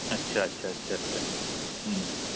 اچھا اچھا اچھا اچھا ہوں